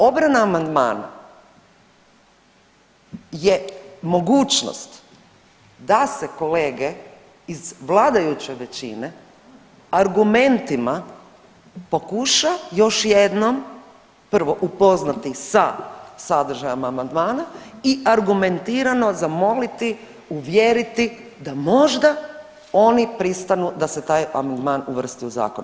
Obrana amandmana je mogućnost da se kolege iz vladajuće većine argumentima pokuša još jednom prvo upoznati sa sadržajem amandmana i argumentirano zamoliti, uvjeriti da možda oni pristanu da se taj amandman uvrsti u zakon.